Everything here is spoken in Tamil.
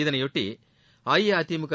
இதனையொட்டி அஇஅதிமுக